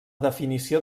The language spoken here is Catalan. definició